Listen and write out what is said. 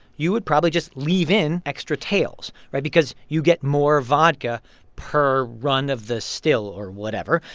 you would probably just leave in extra tails right? because you get more vodka per run of the still or whatever.